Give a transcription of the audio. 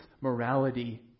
morality